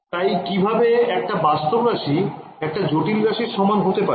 তাই কিভাবে একটা বাস্তব রাশি একটা জটিল রাশির সমান হতে পারে